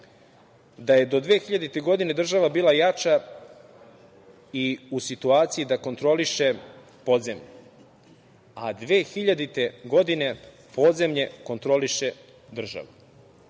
da je do 2000. godine država bila jača i u situaciji da kontroliše podzemlje, a 2000. godine podzemlje kontroliše država.